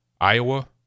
Iowa